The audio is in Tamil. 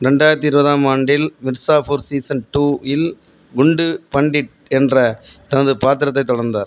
இரண்டாயிரத்து இருபதாம் ஆண்டில் மிர்சாபூர் சீசன் டூ இல் குட்டு பண்டிட் என்ற தனது பாத்திரத்தைத் தொடர்ந்தார்